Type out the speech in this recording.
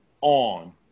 on